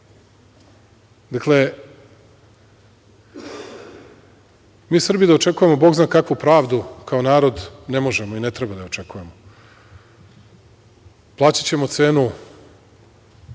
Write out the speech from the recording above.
mi Srbi da očekujemo Bog zna kakvu pravdu kao narod ne možemo i ne treba da je očekujemo. Plaćaćemo cenu